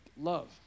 love